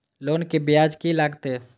Loan के ब्याज की लागते?